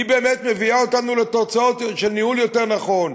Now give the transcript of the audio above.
באמת מביאה אותנו לתוצאות של ניהול יותר נכון,